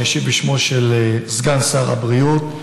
אני אשיב בשמו של סגן שר הבריאות.